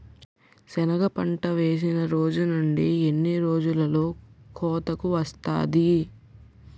సెనగ పంట వేసిన రోజు నుండి ఎన్ని రోజుల్లో కోతకు వస్తాది?